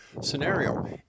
scenario